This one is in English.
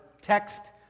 text